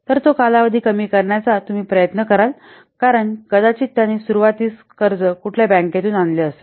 तर तो कालावधी कमी करण्याचा तुम्ही प्रयत्न कराल कारण कदाचित त्याने सुरुवातीस कर्ज कुठल्या बँकेतून आणले असेल